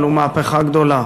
אבל הוא מהפכה גדולה.